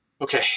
Okay